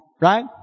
right